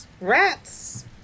Rats